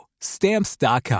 Stamps.com